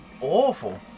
awful